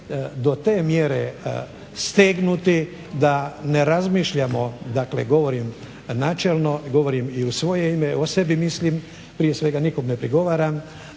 do te mjere stegnuti da ne razmišljamo, dakle govorim načelno, govorim i u svoje ime, o sebi mislim prije svega, nikom ne prigovaram,